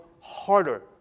harder